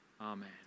Amen